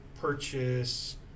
purchase